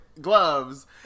gloves